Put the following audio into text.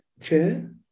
Chair